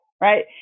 right